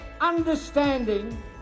understanding